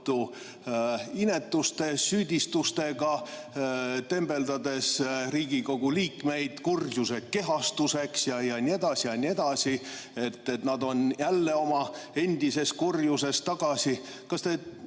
inetuste ja süüdistustega, tembeldades Riigikogu liikmeid kurjuse kehastuseks jne, et nad on jälle oma endises kurjuses tagasi. Kas te